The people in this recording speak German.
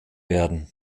werden